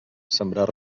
sembrar